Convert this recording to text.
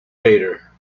later